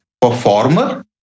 performer